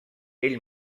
ell